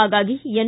ಹಾಗಾಗಿ ಎನ್